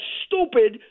stupid